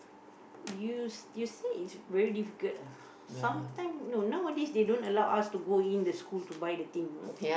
you s~ you say it's very difficult ah sometime no nowadays they don't allow us to go in the school to buy the thing you know